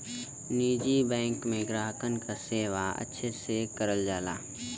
निजी बैंक में ग्राहकन क सेवा अच्छे से करल जाला